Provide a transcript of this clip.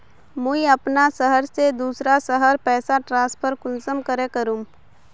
मुई अपना शहर से दूसरा शहर पैसा ट्रांसफर कुंसम करे करूम?